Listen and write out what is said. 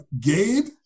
Gabe